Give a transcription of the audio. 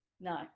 No